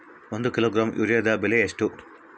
ಒಂದು ಕಿಲೋಗ್ರಾಂ ಯೂರಿಯಾದ ಬೆಲೆ ಎಷ್ಟು?